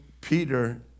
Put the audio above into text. Peter